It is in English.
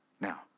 Now